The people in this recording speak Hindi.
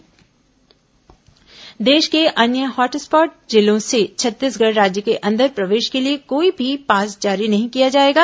कोरोना पास देश के अन्य हॉट स्पॉट जिलों से छत्तीसगढ़ राज्य के अंदर प्रवेश के लिए कोई भी पास जारी नहीं किया जाएगा